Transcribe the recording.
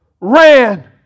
ran